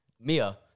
Mia